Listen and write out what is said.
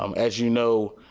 um as you know,